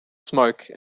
smoke